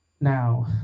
Now